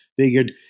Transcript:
figured